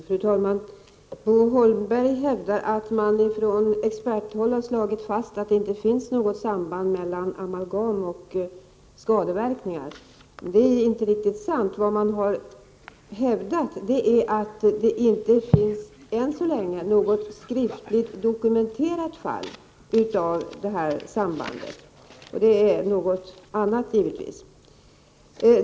Fru talman! Bo Holmberg hävdar att man från experthåll slagit fast att det inte finns något samband mellan amalgam och skadeverkningar. Det är inte riktigt sant. Vad man hävdat är att det än så länge inte finns något skriftligt dokumenterat fall av detta samband, och det är någonting annat.